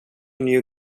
new